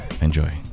Enjoy